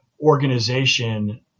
organization